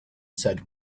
said